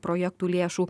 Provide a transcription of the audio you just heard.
projektų lėšų